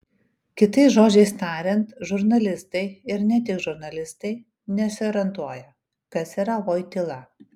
kitais žodžiais tariant žurnalistai ir ne tik žurnalistai nesiorientuoja kas yra voityla